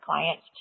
clients